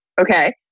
Okay